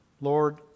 Lord